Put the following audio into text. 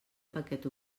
paquet